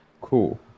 Cool